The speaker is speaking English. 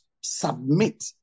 submit